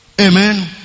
Amen